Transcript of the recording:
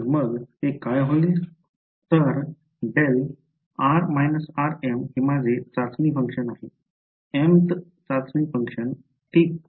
तर δr − rm हे माझे चाचणी फंक्शन आहे mth चाचणी फंक्शन ठीक आहे